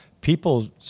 people